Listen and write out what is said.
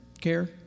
care